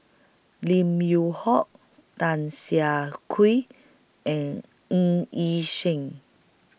Lim Yew Hock Tan Siah Kwee and Ng Yi Sheng